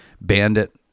Bandit